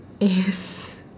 yes